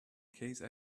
case